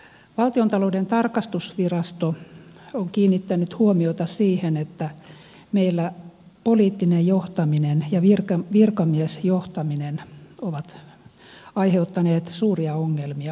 valtiontalouden tarkastusvirasto on kiinnittänyt huomiota siihen että meillä poliittinen johtaminen ja virkamiesjohtaminen ovat aiheuttaneet suuria ongelmia hallinnossa